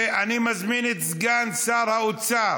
ואני מזמין את סגן שר האוצר